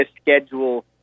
schedule